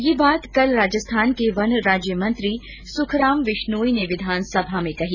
यह बात कल राजस्थान के वन राज्य मंत्री सुखराम विश्नोई ने विधानसभा में कही